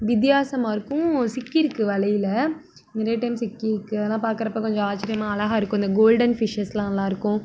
வித்தியாசமாக இருக்கும் சிக்கியிருக்குது வலையில் நிறைய டைம் சிக்கியிருக்குது அதெல்லாம் பார்க்கறப்ப கொஞ்சம் ஆச்சரியமாக அழகா இருக்கும் இந்த கோல்டென் ஃபிஷ்ஷஸ்லாம் நல்லாயிருக்கும்